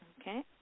Okay